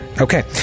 Okay